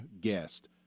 guest